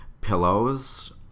pillows